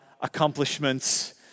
accomplishments